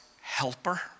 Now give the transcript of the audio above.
helper